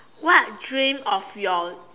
what dream of your